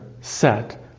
set